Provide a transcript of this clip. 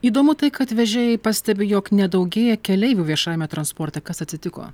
įdomu tai kad vežėjai pastebi jog nedaugėja keleivių viešajame transporte kas atsitiko